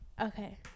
Okay